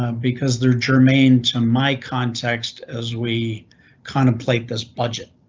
um because their germane to my context as we contemplate this budget.